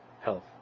health